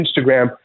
Instagram